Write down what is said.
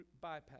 bypass